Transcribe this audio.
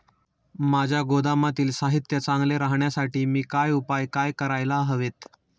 माझ्या गोदामातील साहित्य चांगले राहण्यासाठी मी काय उपाय काय करायला हवेत?